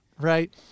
right